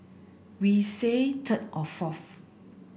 we say third or fourth